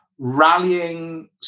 rallying